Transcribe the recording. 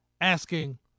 asking